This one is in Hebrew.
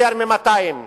יותר מ-200.